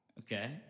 Okay